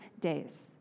days